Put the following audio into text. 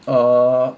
err